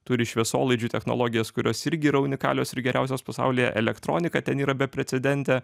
turi šviesolaidžių technologijas kurios irgi yra unikalios ir geriausios pasaulyje elektronika ten yra beprecedentė